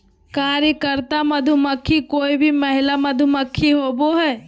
कार्यकर्ता मधुमक्खी कोय भी महिला मधुमक्खी होबो हइ